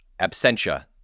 Absentia